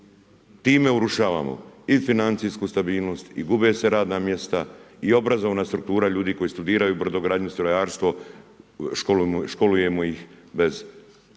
Time urušavamo i financijsku stabilnost i gube se radna mjesta i obrazovna struktura koji studiraju brodogradnju, strojarstvo, školujemo ih bez